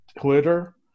Twitter